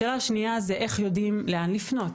השאלה השנייה היא איך יודעים לאן לפנות,